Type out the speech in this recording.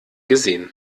gesehen